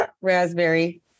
raspberry